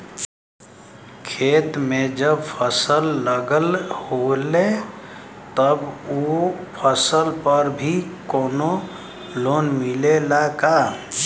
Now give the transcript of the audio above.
खेत में जब फसल लगल होले तब ओ फसल पर भी कौनो लोन मिलेला का?